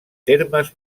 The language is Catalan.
termes